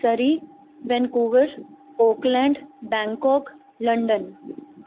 Surrey Vancouver Auckland Bangkok London